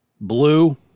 blue